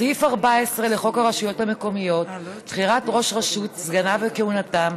סעיף 14 לחוק הרשויות המקומיות (בחירת ראש רשות וסגניו וכהונתם),